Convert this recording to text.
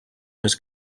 més